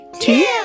two